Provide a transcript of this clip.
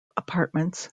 apartments